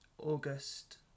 August